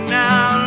now